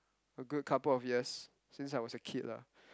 a good couple of years since I was a kid lah